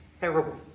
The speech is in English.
terrible